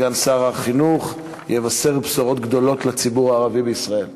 סגן שר החינוך יבשר בשורות גדולות לציבור הערבי בישראל.